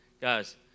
Guys